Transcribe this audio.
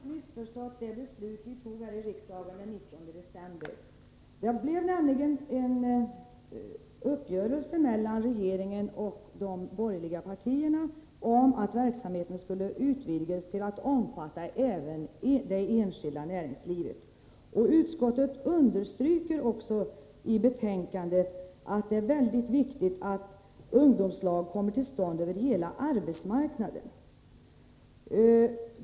Herr talman! Nej, jag har inte missförstått det beslut som vi fattade här i riksdagen den 19 december. Det gjordes nämligen en överenskommelse mellan regeringen och de borgerliga partierna om att verksamheten skulle utvidgas till att omfatta även det enskilda näringslivet. Utskottet underströk också i sitt betänkande att det är mycket viktigt att ungdomslag kommer till stånd över hela arbetsmarknaden.